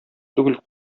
түгел